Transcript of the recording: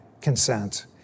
consent